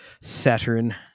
Saturn